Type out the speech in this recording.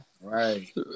right